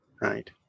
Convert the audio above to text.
right